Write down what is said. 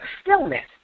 stillness